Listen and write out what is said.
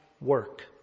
work